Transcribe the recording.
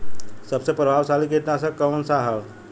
सबसे प्रभावशाली कीटनाशक कउन सा ह?